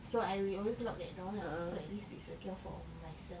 so I will always lock that door lah so at least it's secure for o~ myself